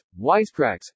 wisecracks